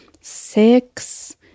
six